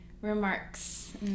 remarks